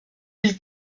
mille